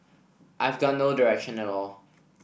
I've got no direction at all